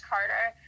Carter